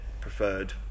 preferred